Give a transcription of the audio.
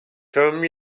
come